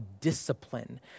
discipline